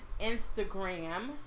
Instagram